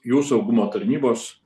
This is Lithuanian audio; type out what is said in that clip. jų saugumo tarnybos